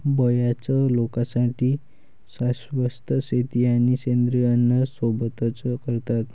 बर्याच लोकांसाठी शाश्वत शेती आणि सेंद्रिय अन्न सोबतच करतात